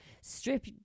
strip